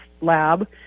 lab